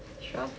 sure